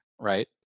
right